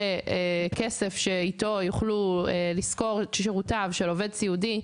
ככסף שאיתו יוכלו לשכור את שירותיו של עובד סיעודי,